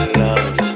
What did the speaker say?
love